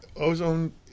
Ozone